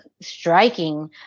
striking